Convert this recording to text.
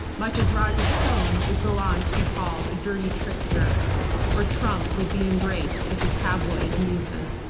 much as roger stone would go on to be called a dirty trickster or trump would be embraced as a tabloid amusement.